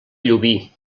llubí